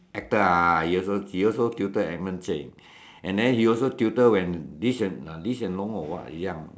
actor ah he also he tutor Edmund Cheng and then he also tutor when Lee-Hsien Lee-Hsien-Loong or what young